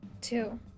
Two